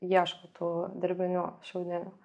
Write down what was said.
ieško tų dirbinių šiaudinių